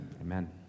Amen